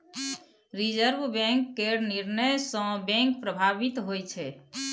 reserve Bank केर निर्णय सँ बैंक प्रभावित होइ छै